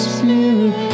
Spirit